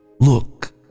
Look